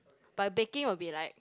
but baking will be like